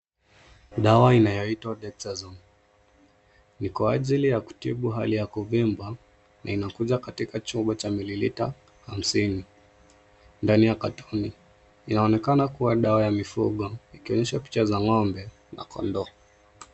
Dawa inayoitwa Dexazone . Ni kwa ajili ya kutibu hali ya kuvimba na inakuja katika chupa cha milliliter hamsini, ndani ya katoni . Inaonekana kuwa dawa ya mifugo ikionyesha picha za ng'ombe na kondoo.